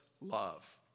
love